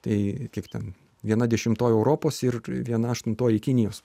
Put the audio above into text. tai kiek ten viena dešimtoji europos ir viena aštuntoji kinijos